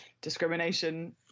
discrimination